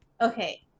Okay